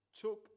took